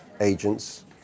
agents